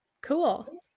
Cool